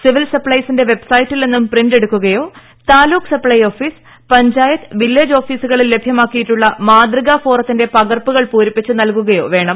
civil സപ്സൈസിന്റെ വൈബ്സൈറ്റിൽ നിന്നും പ്രിന്റ് എടുക്കുകയോ taluk supply office panchayat village ഓഫീസുകളിൽ ലഭ്യമാക്കിയിട്ടുള്ള മാതൃകാ ഫോറത്തിന്റെ പകർപ്പുകൾ പൂരിപ്പിച്ച് നൽകുകയോ വേണം